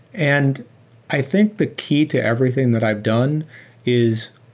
and i think the key to everything that i've done is